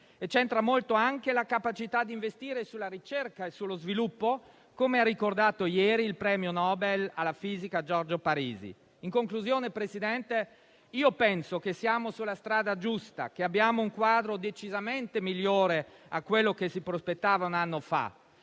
C'entra molto anche la capacità di investire sulla ricerca e sullo sviluppo, come ha ricordato ieri il premio Nobel alla fisica Giorgio Parisi. In conclusione, Presidente, penso che siamo sulla strada giusta, che abbiamo un quadro decisamente migliore di quello che si prospettava un anno fa;